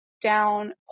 down